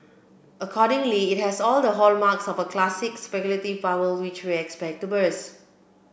accordingly it has all the hallmarks of a classic speculative bubble which we expect to burst